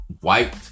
white